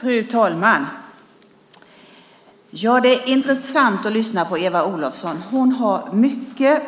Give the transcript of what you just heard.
Fru talman! Det är intressant att lyssna på Eva Olofsson. Hon har mycket